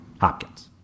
Hopkins